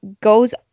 goes